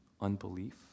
unbelief